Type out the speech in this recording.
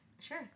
Sure